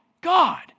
God